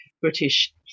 British